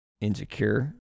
insecure